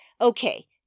okay